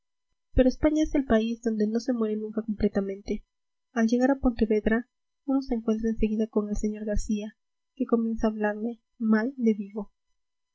pero españa es el país donde no se muere nunca completamente al llegar a pontevedra uno se encuentra en seguida con el sr garcía que comienza a hablarle mal de vigo